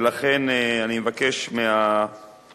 המסתייגים לא נמצאים, ולכן אני מבקש מהמליאה